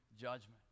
judgment